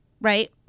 right